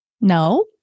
No